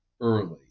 early